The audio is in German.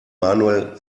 manuel